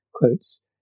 Quotes